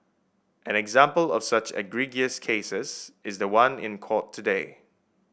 an example of such egregious cases is the one in court today